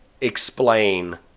explain